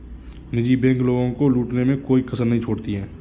निजी बैंक लोगों को लूटने में कोई कसर नहीं छोड़ती है